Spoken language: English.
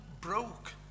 broke